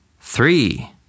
three